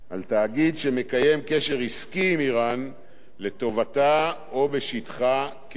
שמקיים קשר עסקי עם אירן לטובתה או בשטחה ככזה.